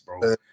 bro